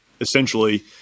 essentially